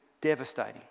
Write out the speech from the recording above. devastating